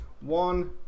One